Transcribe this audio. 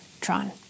Tron